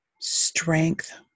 strength